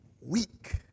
weak